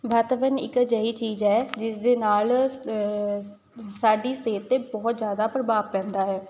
ਵਾਤਾਵਰਨ ਇੱਕ ਅਜਿਹੀ ਚੀਜ਼ ਹੈ ਜਿਸਦੇ ਨਾਲ ਸਾਡੀ ਸਿਹਤ 'ਤੇ ਬਹੁਤ ਜ਼ਿਆਦਾ ਪ੍ਰਭਾਵ ਪੈਂਦਾ ਹੈ